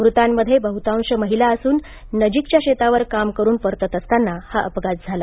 मृतांमध्ये बहुतांश महिला असून नजिकच्या शेतावर काम करुन परतत असताना हा अपघात झाला